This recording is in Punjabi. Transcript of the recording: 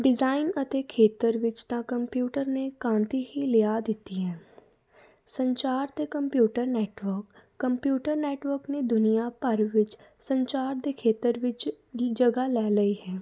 ਡਿਜ਼ਾਇਨ ਅਤੇ ਖੇਤਰ ਵਿੱਚ ਤਾਂ ਕੰਪਿਊਟਰ ਨੇ ਕ੍ਰਾਂਤੀ ਹੀ ਲਿਆ ਦਿੱਤੀ ਹੈ ਸੰਚਾਰ ਅਤੇ ਕੰਪਿਊਟਰ ਨੈਟਵਰਕ ਕੰਪਿਊਟਰ ਨੈਟਵਰਕ ਨੇ ਦੁਨੀਆਂ ਭਰ ਵਿੱਚ ਸੰਚਾਰ ਦੇ ਖੇਤਰ ਵਿੱਚ ਦੀ ਜਗ੍ਹਾ ਲੈ ਲਈ ਹੈ